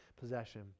possession